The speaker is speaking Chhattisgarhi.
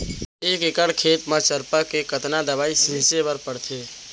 एक एकड़ खेत म चरपा के कतना दवई छिंचे बर पड़थे?